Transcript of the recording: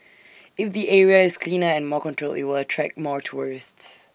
if the area is cleaner and more controlled IT will attract more tourists